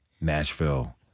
Nashville